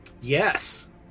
Yes